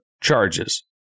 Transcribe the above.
charges